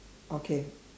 okay